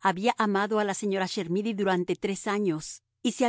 había amado a la señora chermidy durante tres años y se